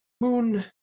moon